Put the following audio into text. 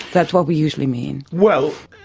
that's what we usually mean. well,